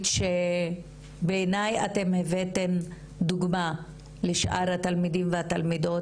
שבעיניי אתן הבאתן דוגמא לשאר התלמידים והתלמידות,